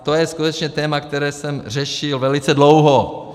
To je skutečně téma, které jsem řešil velice dlouho.